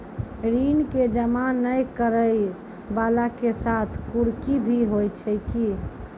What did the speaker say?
ऋण के जमा नै करैय वाला के साथ कुर्की भी होय छै कि?